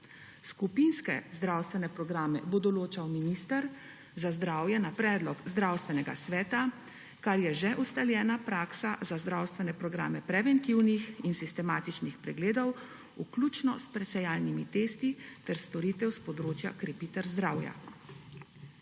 Skupinske zdravstvene programe bo določal minister za zdravje na predlog Zdravstvenega sveta, kar je že ustaljena praksa za zdravstvene programe preventivnih in sistematičnih pregledov, vključno s presejalnimi testi ter storitvami s področja krepitve zdravja.